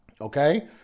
Okay